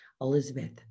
elizabeth